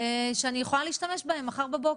שאני יכולה להשתמש בהם מחר בבוקר,